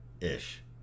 Ish